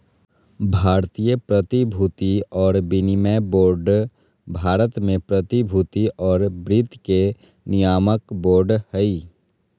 भारतीय प्रतिभूति और विनिमय बोर्ड भारत में प्रतिभूति और वित्त के नियामक बोर्ड हइ